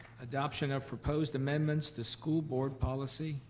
adoption of proposed amendments to school board policy